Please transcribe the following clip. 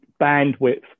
bandwidth